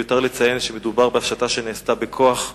מיותר לציין שמדובר בהפשטה שנעשתה בכוח,